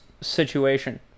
situation